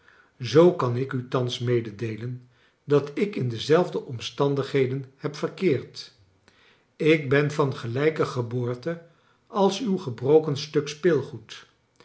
zoo kan ik u thans meedeelen dat ik in dezelfde omstandigheden heb verkeerd ik ben van gelijke geboorte als uw gebroken stuk speelgoed